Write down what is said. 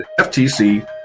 FTC